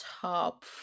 top